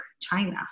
China